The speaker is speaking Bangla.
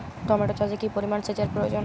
টমেটো চাষে কি পরিমান সেচের প্রয়োজন?